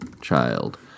child